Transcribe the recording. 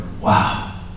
Wow